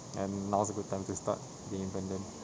and now is a good time to start being independent